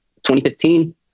2015